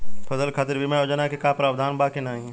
फसल के खातीर बिमा योजना क भी प्रवाधान बा की नाही?